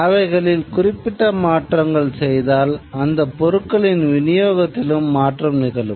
அவைகளில் குறிப்பிட்ட மாற்றங்கள் செய்தால் அந்த பொருட்களின் விநியோகத்திலும் மாற்றம் நிகழும்